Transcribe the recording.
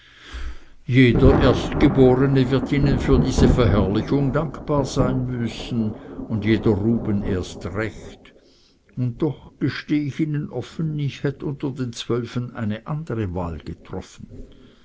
jeder erstgeborene wird ihnen für diese verherrlichung dankbar sein müssen und jeder ruben erst recht und doch gesteh ich ihnen offen ich hätt unter den zwölfen eine andere wahl getroffen